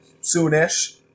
soon-ish